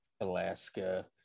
Alaska